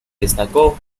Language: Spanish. destacó